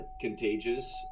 contagious